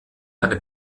eine